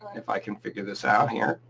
if i can figure this out here.